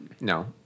No